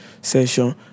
session